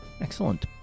Excellent